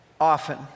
often